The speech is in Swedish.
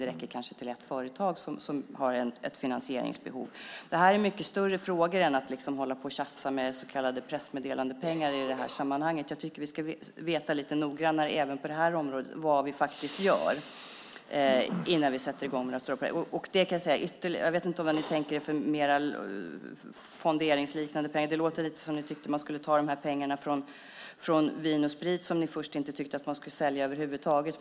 Det räcker kanske till ett företag som har ett finansieringsbehov. Detta är mycket större frågor än att hålla på och tjafsa med så kallade pressmeddelandepengar i det här sammanhanget. Jag tycker att vi även på det här området ska veta lite noggrannare vad det är vi gör innan vi sätter i gång med några stora saker. Jag vet inte vad ni mer tänker er för fonderingspengar. Det låter lite som att ni tyckte att man skulle ta pengarna från försäljningen av Vin & Sprit, som vi först inte tyckte att man skulle sälja över huvud taget.